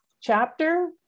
chapter